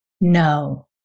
No